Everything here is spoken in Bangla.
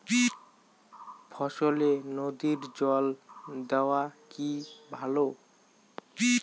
ফসলে নদীর জল দেওয়া কি ভাল?